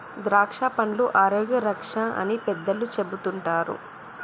ద్రాక్షపండ్లు ఆరోగ్య రక్ష అని పెద్దలు చెపుతుంటారు